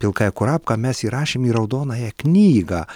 pilkąją kurapką mes įrašėm į raudonąją knygą